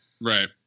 Right